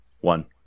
one